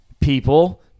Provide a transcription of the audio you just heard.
people